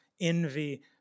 envy